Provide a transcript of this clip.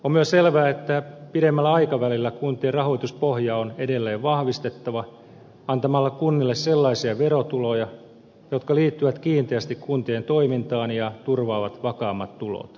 on myös selvää että pidemmällä aikavälillä kuntien rahoituspohjaa on edelleen vahvistettava antamalla kunnille sellaisia verotuloja jotka liittyvät kiinteästi kuntien toimintaan ja turvaavat vakaammat tulot